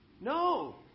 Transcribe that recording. No